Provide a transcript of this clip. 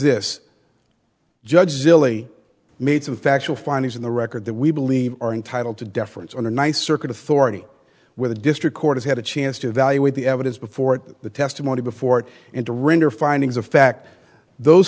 this judge zilly made some factual findings in the record that we believe are entitled to deference on a nice circuit authority with a district court has had a chance to evaluate the evidence before the testimony before him to render findings of fact those